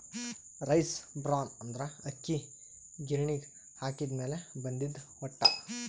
rice bran ಅಂದ್ರ ಅಕ್ಕಿ ಗಿರಿಣಿಗ್ ಹಾಕಿದ್ದ್ ಮ್ಯಾಲ್ ಬಂದಿದ್ದ್ ಹೊಟ್ಟ